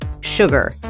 sugar